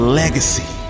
legacy